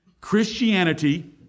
Christianity